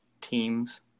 teams